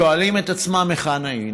שואלים את עצמם: היכן היינו?